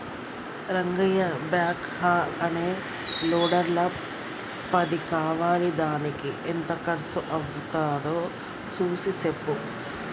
Rangayya backhoe అనే లోడర్ల పది కావాలిదానికి ఎంత కర్సు అవ్వుతాదో సూసి సెప్పు